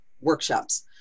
workshops